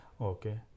Okay